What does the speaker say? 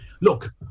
look